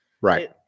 Right